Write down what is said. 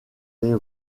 les